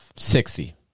Sixty